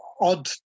odd